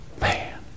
man